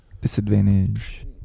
Disadvantage